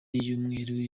y’umweru